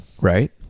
Right